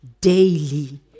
daily